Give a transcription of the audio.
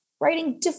writing